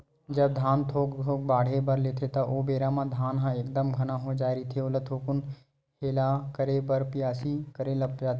जब धान थोक थोक बाड़हे बर लेथे ता ओ बेरा म धान ह एकदम घना हो जाय रहिथे ओला थोकुन हेला करे बर बियासी करे जाथे